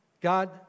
God